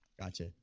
Gotcha